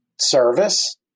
service